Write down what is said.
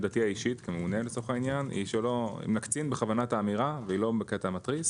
עמדתי האישית כממונה היא ונקצין בכוונה את האמירה ולא בקטע מתריס